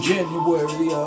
January